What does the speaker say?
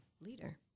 leader